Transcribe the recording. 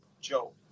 Joe